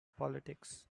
politics